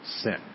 sin